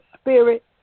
spirit